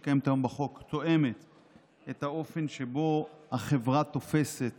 קיימת היום בחוק תואמת את האופן שבו החברה תופסת